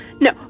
No